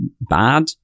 bad